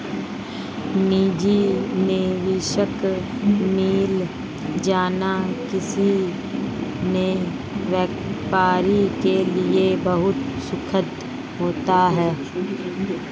निजी निवेशक मिल जाना किसी नए व्यापारी के लिए बहुत सुखद होता है